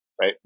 right